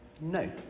No